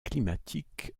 climatique